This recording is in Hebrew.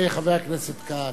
חבר הכנסת כץ.